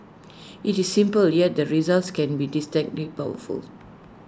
IT is simple yet the results can be distinctly powerful